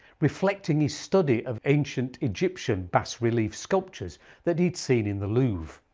reflecting his study of ancient egyptian bas relief sculptures that he had seen in the louvre.